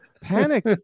panic